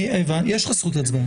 יש לך זכות הצבעה.